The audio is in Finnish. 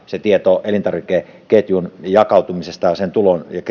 se tieto elintarvikeketjun jakautumisesta ja sen tulon